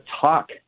talk